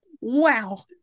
Wow